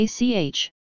ACH